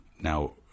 now